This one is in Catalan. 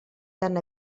tan